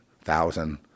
thousand